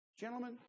Gentlemen